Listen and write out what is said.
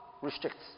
restricts